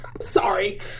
Sorry